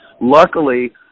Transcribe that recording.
Luckily